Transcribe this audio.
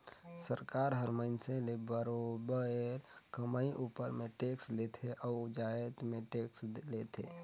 सरकार हर मइनसे ले बरोबेर कमई उपर में टेक्स लेथे अउ जाएत में टेक्स लेथे